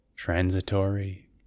transitory